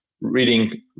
reading